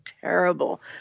terrible